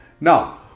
now